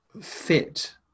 fit